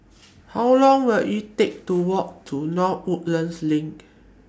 How Long Will IT Take to Walk to North Woodlands LINK